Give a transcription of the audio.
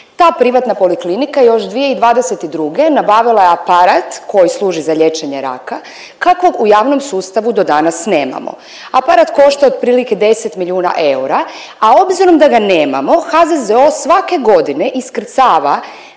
Ta privatna poliklinika još 2022. nabavila je aparat koji služi za liječenje raka kakvog u javnom sustavu do danas nemamo. Aparat košta otprilike 10 milijuna eura, a obzirom da ga nemamo HZZO svake godine iskrcava